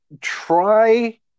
try